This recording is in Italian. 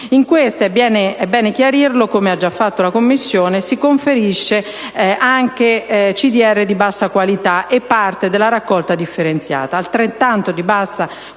In queste - è bene chiarirlo, come ha già fatto la Commissione bicamerale - si conferisce anche CDR di bassa qualità e parte della raccolta differenziata, altrettanto di bassa qualità